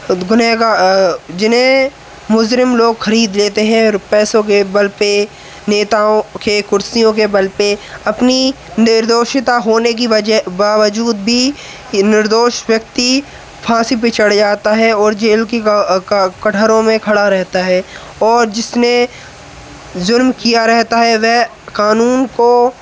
हर गुनेहगार जिन्हें मुजरिम लोग खरीद लेते हैं रुपये पैसों के बल पर नेताओं की कुर्सियों के बल पर अपनी निर्दोषिता होने कि वजह बावजूद भी ये निर्दोष व्यक्ति फांसी पर चढ़ जाता है और जेल की हवा का कठघरे में खड़ा रहता है और जिसने जुर्म किया रहता है वे कानून को